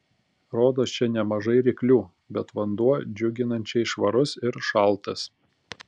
rodos čia nemažai ryklių bet vanduo džiuginančiai švarus ir šaltas